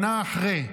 שנה אחרי,